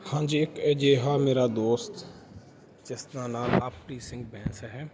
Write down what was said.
ਹਾਂਜੀ ਇਕ ਅਜਿਹਾ ਮੇਰਾ ਦੋਸਤ ਜਿਸ ਦਾ ਨਾਮ ਲਵਪ੍ਰੀਤ ਸਿਘ ਬੈਂਸ ਹੈ